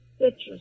citrus